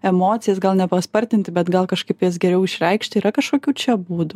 emocijas gal nepaspartinti bet gal kažkaip jas geriau išreikšti yra kažkokių čia būdų